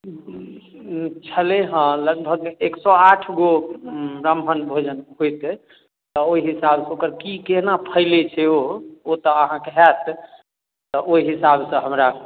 छलै हँ लगभग एक सए आठ गो ब्राह्मण भोजन होइके आ ओहि हिसाब सऽ ओकर की केना फैइलै छै ओ ओ तऽ अहाँके होयत तऽ ओहि हिसाब सऽ हमरा